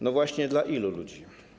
No właśnie, dla ilu ludzi?